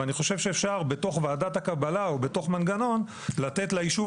ואני חושב שאפשר בתוך ועדת הקבלה או בתוך מנגנון לתת ליישוב